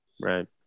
Right